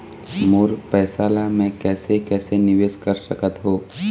मोर पैसा ला मैं कैसे कैसे निवेश कर सकत हो?